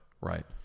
Right